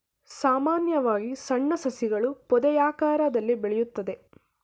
ಸಾಮಾನ್ಯವಾಗಿ ಸಣ್ಣ ಸಸಿಗಳು ಪೊದೆಯಾಕಾರದಲ್ಲಿ ಬೆಳೆಯುತ್ತದೆ